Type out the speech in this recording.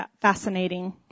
fascinating